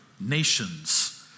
nations